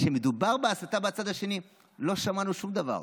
כשמדובר בהסתה מהצד השני לא שמענו שום דבר.